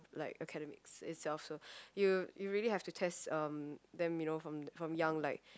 like academics itself so you you really have to test um them you know from from young like